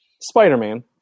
Spider-Man